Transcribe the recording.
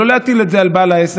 לא להטיל את זה על בעל העסק.